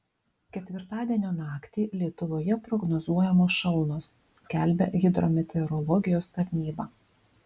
ketvirtadienio naktį lietuvoje prognozuojamos šalnos skelbia hidrometeorologijos tarnyba